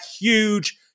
huge